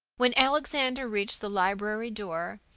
when alexander reached the library door,